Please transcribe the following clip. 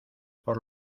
por